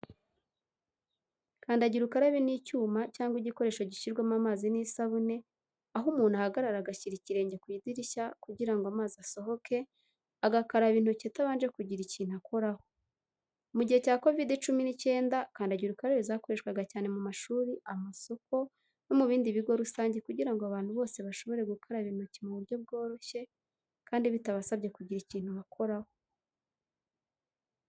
Kandagira ukarabe ni icyuma cyangwa igikoresho gishyirwamo amazi n'isabune, aho umuntu ahagarara agashyira ikirenge ku kadirishya kugira ngo amazi asohoke, agakaraba intoki atabanje kugira ikintu akoraho. Mu gihe cya COVID-19, kandagira ukarabe zakoreshwaga cyane mu mashuri, amasoko, no mu bindi bigo rusange kugira ngo abantu bose bashobore gukaraba intoki mu buryo bworoshye kandi bitabasabye kugira ikintu bakoraho.